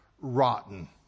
rotten